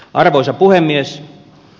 arvoisa puhemies